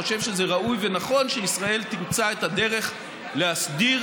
חושב שזה ראוי ונכון שישראל תמצא את הדרך להסדיר